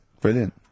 Brilliant